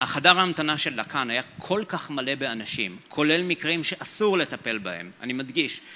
החדר ההמתנה של לאקאן היה כל כך מלא באנשים, כולל מקרים שאסור לטפל בהם, אני מדגיש.